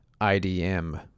IDM